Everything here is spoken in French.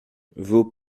vos